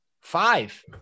Five